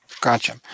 Gotcha